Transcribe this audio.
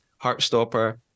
Heartstopper